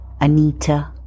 Anita